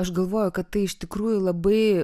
aš galvoju kad tai iš tikrųjų labai